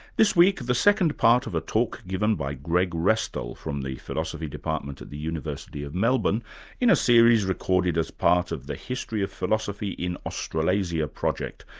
this week, the second part of a talk given by greg restall, from the philosophy department at the university of melbourne in a series recorded as part of the history of philosophy in australasia project,